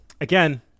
again